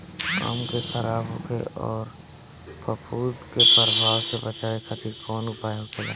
आम के खराब होखे अउर फफूद के प्रभाव से बचावे खातिर कउन उपाय होखेला?